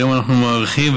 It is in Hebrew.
היום אנחנו מאריכים,